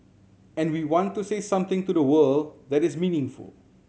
and we want to say something to the world that is meaningful